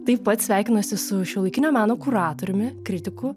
taip pat sveikinuosi su šiuolaikinio meno kuratoriumi kritiku